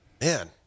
man